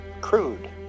crude